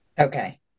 okay